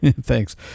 Thanks